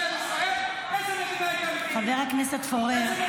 איזה מדינה הייתה פה?